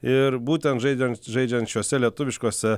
ir būtent žaidžiant žaidžiant šiose lietuviškose